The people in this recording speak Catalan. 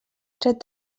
tret